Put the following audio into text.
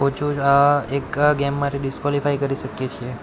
એક ગેમ માટે ડિસ્કોલીફાય કરી શકીએ છીએ